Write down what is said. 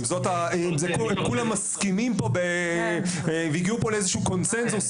אם כולם מסכימים פה והגיעו פה לאיזשהו קונצנזוס,